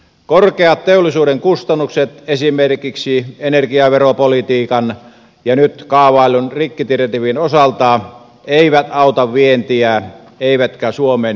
korkeat teollisuuden kustannukset esimerkiksi energiaveropolitiikan ja nyt kaavaillun rikkidirektiivin osalta eivät auta vientiä eivätkä suomen investointiongelmaa